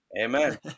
Amen